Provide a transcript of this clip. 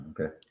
Okay